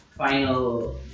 Final